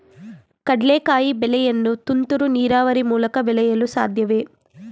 ಕಡ್ಲೆಕಾಯಿ ಬೆಳೆಯನ್ನು ತುಂತುರು ನೀರಾವರಿ ಮೂಲಕ ಬೆಳೆಯಲು ಸಾಧ್ಯವೇ?